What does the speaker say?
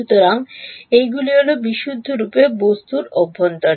সুতরাং এইগুলি হল বিশুদ্ধরূপে বস্তুর অভ্যন্তরে